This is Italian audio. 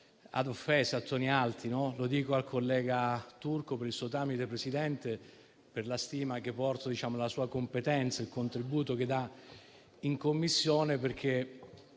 di offesa e di toni alti. Lo dico al collega Turco - per il suo tramite, Presidente - per la stima che porto alla sua competenza e al contributo che dà in Commissione. Parlare